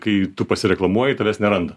kai tu pasireklamuoji tavęs neranda